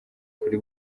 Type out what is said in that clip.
kuri